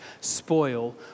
spoil